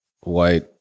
white